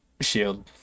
shield